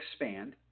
expand